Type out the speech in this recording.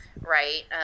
right